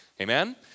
Amen